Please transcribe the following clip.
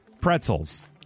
pretzels